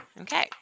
Okay